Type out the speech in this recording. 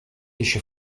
eixe